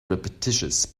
repetitious